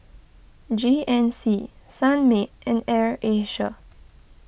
G N C Sunmaid and Air Asia